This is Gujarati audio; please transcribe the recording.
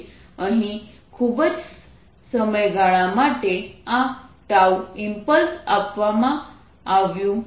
અહીં ખૂબ જ સમયગાળા માટે આ ઈમ્પલ્સ આપવામાં આવ્યું છે